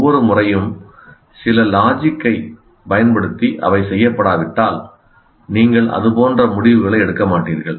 ஒவ்வொரு முறையும் சில லாஜிக் ஐ பயன்படுத்தி அவை செய்யப்படாவிட்டால் நீங்கள் அது போன்ற முடிவுகளை எடுக்க மாட்டீர்கள்